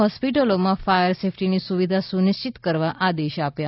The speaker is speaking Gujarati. હોસ્પિટલોમાં ફાયર સેફટીની સુવિધા સુનિશ્ચિત કરવા આદેશ આપ્યા